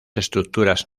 estructuras